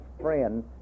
friend